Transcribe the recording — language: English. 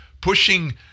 pushing